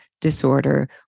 disorder